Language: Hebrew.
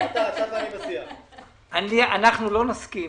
אנחנו לא נסכים